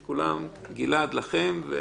גלעד, תודה לכם.